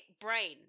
brain